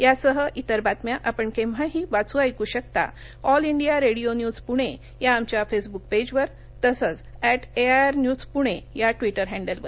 यासह आणि इतर बातम्या आपण केव्हाही वाचू ऐकू शकता आमच्या all India radio news Pune या फेसबुक पेजवर तसंच ऍट एआयआर न्यूज पुणे या ट्विटर हँडलवर